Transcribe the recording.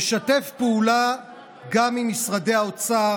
שבוע, שבוע, להרוס, נשתף פעולה גם עם משרדי האוצר,